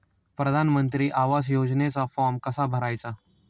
प्रधानमंत्री आवास योजनेचा फॉर्म कसा भरायचा?